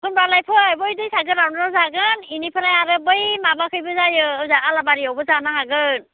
होमबालाय फै बै दैसा गोनाङाव जागोन इनिफ्राय आरो बै माबाखैबो जायो ओरै आलाबारिआवबो जानो हागोन